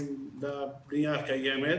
והבנייה קיימת,